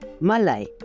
Malay